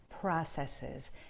processes